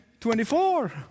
24